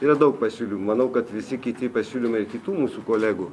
yra daug pasiūlymų manau kad visi kiti pasiūlymai kitų mūsų kolegų